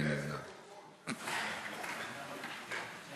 מי